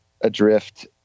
adrift